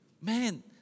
Man